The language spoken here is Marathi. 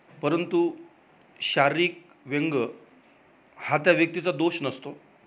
परंतु शारीरिक व्यंग हा त्या व्यक्तीचा दोष नसतो